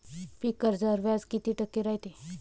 पीक कर्जावर व्याज किती टक्के रायते?